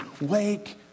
Wake